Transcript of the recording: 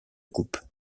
coupes